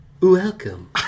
Welcome